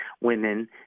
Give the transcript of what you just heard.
women